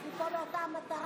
אנחנו פה לאותה מטרה.